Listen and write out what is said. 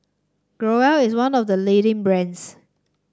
Growell is one of the leading brands